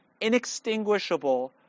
inextinguishable